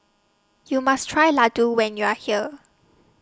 YOU must Try Laddu when YOU Are here